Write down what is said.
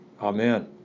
amen